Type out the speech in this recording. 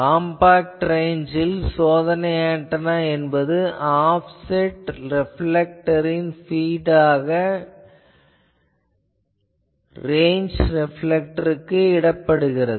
compact ரேஞ்சில் சோதனை antenna என்பது ஆப்செட் ரெப்லேக்டரின் பீட் ஆக ரேஞ்ச் ரெப்லேக்டருக்கு இடப்படுகிறது